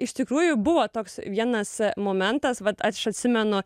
iš tikrųjų buvo toks vienas momentas vat aš atsimenu